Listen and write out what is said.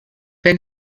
wenn